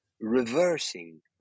reversing